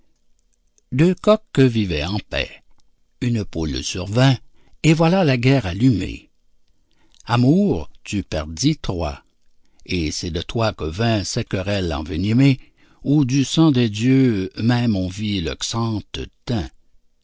deux coqs vivaient en paix une poule survint et voilà la guerre allumée amour tu perdis troie et c'est de toi que vint cette querelle envenimée où du sang des dieux même on vit